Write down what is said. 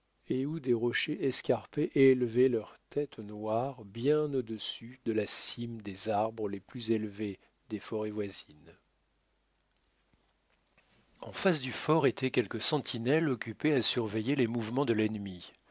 et où des rochers escarpés élevaient leurs têtes noires bien au-dessus de la cime des arbres les plus élevés des forêts voisines en face du fort étaient quelques sentinelles occupées à surveiller les mouvements de l'ennemi